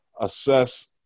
assess